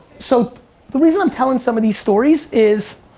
so the reason i'm telling some of these stories is,